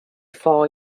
four